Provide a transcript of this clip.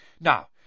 Now